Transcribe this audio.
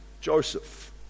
Joseph